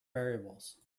variables